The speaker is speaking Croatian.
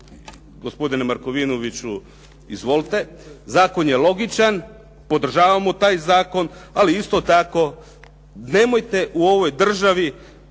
Gospodine Markovinoviću izvolite, zakon je logičan. Podržavamo taj zakon, ali isto tako nemojte u ovoj državi